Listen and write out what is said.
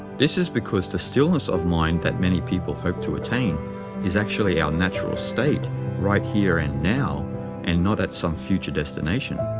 this is because the stillness of mind that many people hope to attain is actually our natural state right here and now and not at some future destination.